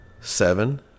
seven